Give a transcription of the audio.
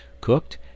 cooked